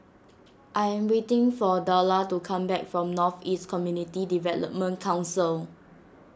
I am waiting for Dorla to come back from North East Community Development Council